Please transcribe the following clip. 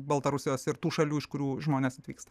baltarusijos ir tų šalių iš kurių žmonės atvyksta